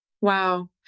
Wow